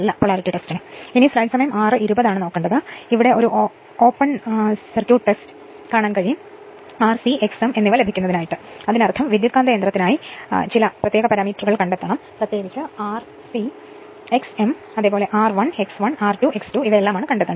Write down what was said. ഇപ്പോൾ R c X m എന്നിവ ലഭിക്കുന്നതിന് ഓപ്പൺ സർക്യൂട്ട് ടെസ്റ്റ് ചെയുക അതിനർത്ഥം ട്രാൻസ്ഫോർമറിനായി പാരാമീറ്റർ കണ്ടെത്തണം പ്രത്യേകിച്ച് R c X m R1 X1 R2 X2 ഇവയെല്ലാം കണ്ടെത്തണം